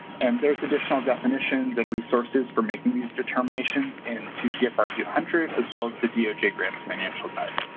and there's additional definitions and resources for making these determinations in two c f r. two hundred, as well as the doj grants financial guide.